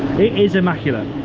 it is immaculate,